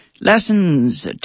Lessons